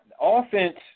offense